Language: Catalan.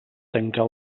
tancar